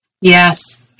Yes